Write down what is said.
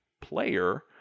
player